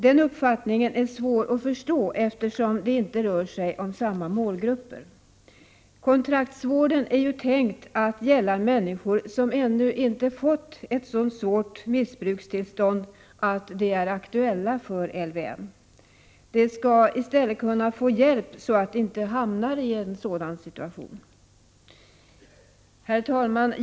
Den uppfattningen är svår att förstå, eftersom det inte rör sig om samma målgrupper. Kontraktsvården är ju tänkt att gälla människor som ännu inte fått ett så svårt missbrukstillstånd att de är aktuella för LVM. De skall i stället kunna få hjälp så att de inte hamnar i en sådan situation. Herr talman!